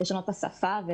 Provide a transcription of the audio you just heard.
את השפה,